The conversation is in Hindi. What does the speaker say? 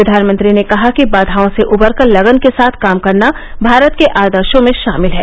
प्रधानमंत्री ने कहा कि बाधाओं से उबरकर लगन के साथ काम करना भारत के आदर्शो में शामिल है